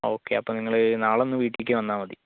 okay അപ്പോൾ നിങ്ങൾ നാളെയൊന്നു വീട്ടിലേക്ക് വന്നാൽമതി